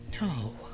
No